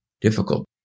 difficult